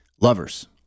lovers